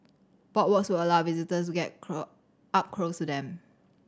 boardwalks will allow visitors to get up close to them